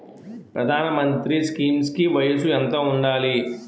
ప్రధాన మంత్రి స్కీమ్స్ కి వయసు ఎంత ఉండాలి?